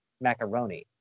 macaroni